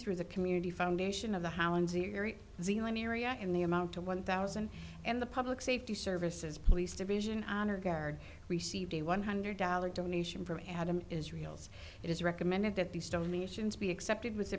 through the community foundation of the highland zero zero m area and the amount to one thousand and the public safety services police division honor guard received a one hundred dollar donation from adam israel's it is recommended that these donations be accepted was